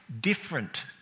different